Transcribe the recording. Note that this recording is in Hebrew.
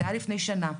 זה היה לפני שנה.